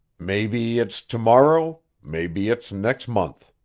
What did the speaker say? maybe it's to-morrow maybe it's next month.